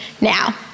Now